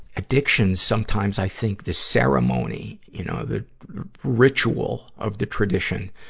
addictions, sometimes i think the ceremony, you know, the ritual of the tradition,